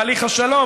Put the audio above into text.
תהליך השלום,